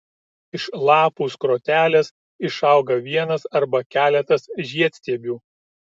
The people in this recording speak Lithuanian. iš lapų skrotelės išauga vienas arba keletas žiedstiebių